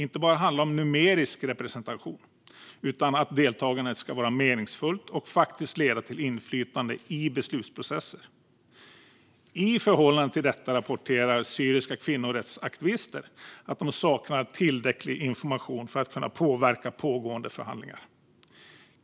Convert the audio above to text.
Det handlar inte bara om numerisk representation, utan deltagandet ska vara meningsfullt och faktiskt leda till inflytande i beslutsprocesser. I förhållande till detta rapporterar syriska kvinnorättsaktivister att de saknar tillräcklig information för att kunna påverka pågående förhandlingar.